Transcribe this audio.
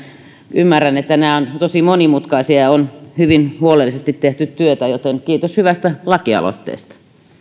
ymmärrän että nämä ovat tosi monimutkaisia ja on hyvin huolellisesti tehty työtä joten kiitos hyvästä lakialoitteesta